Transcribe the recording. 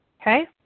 Okay